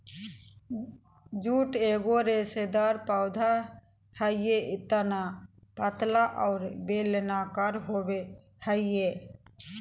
jute एगो रेशेदार पौधा हइ तना पतला और बेलनाकार होबो हइ